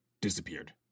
disappeared